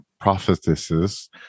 prophetesses